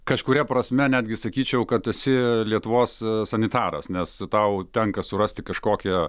kažkuria prasme netgi sakyčiau kad esi lietuvos sanitaras nes tau tenka surasti kažkokią